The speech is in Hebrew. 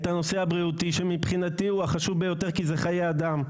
את הנושא הבריאותי שמבחינתי הוא החשוב ביותר כי זה חיי אדם,